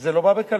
וזה לא בא בקלות.